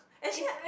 actually